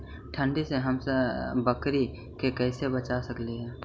ठंडी से हम बकरी के कैसे बचा सक हिय?